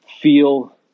feel